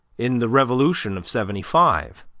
in the revolution of seventy five.